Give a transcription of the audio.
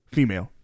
Female